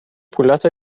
پولهاتو